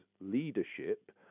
leadership